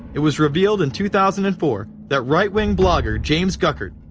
it was revealed in two thousand and four. that right-wing blogger james guckert,